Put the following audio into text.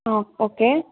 ஆ okay